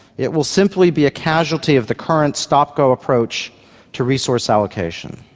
it will simply be a casualty of the current stop-go approach to resource allocation.